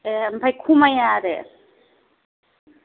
ए ओमफ्राय खमाया आरो